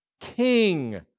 king